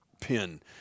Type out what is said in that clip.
pin